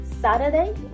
Saturday